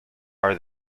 are